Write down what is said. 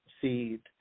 Seed